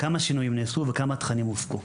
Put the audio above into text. כמה שינויים נעשו וכמה תכנים הופקו,